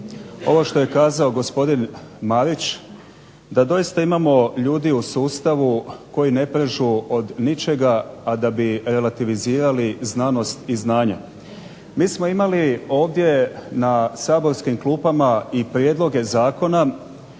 ovo što je kazao gospodin Marić, da doista imamo ljudi u sustavu koji ne prežu od ničega, a da bi relativizirali znanost i znanja. Mi smo imali ovdje na saborskim klupama i prijedloge zakona